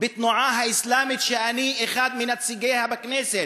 בתנועה האסלאמית, שאני אחד מנציגיה בכנסת,